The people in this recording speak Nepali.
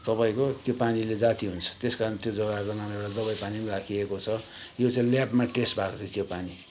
तपाईँको त्यो पानीले जाती हुन्छ त्यस कारण त्यो जग्गाको नाम एउटा दबाईपानी पनि राखिएको छ यो चाहिँ ल्याबमा टेस्ट भएको छ त्यो पानी